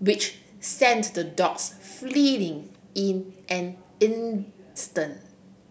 which sent the dogs fleeing in an instant